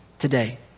today